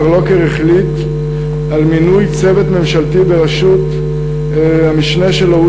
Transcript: מר לוקר החליט על מינוי צוות ממשלתי בראשות המשנה שלו,